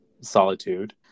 solitude